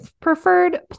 preferred